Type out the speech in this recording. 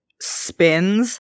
spins